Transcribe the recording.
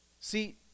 See